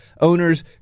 owners